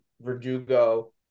Verdugo